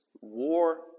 war